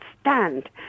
stand